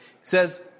says